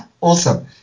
Awesome